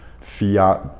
fiat